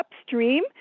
upstream